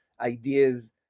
ideas